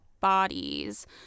bodies